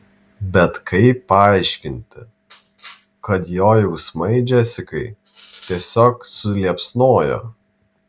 bet kaip paaiškinti kad jo jausmai džesikai tiesiog suliepsnojo